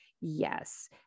Yes